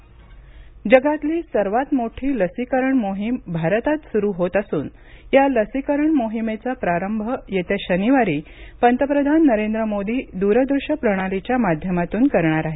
पंतप्रधान लसीकरण प्रारंभ जगातली सर्व मोठी लसीकरण मोहीम भारतात सुरू होत असून या लसीकरण मोहिमेचा प्रारंभ येत्या शनिवारी पंतप्रधान नरेंद्र मोदी दूरदृश्य प्रणालीच्या माध्यमातून करणार आहेत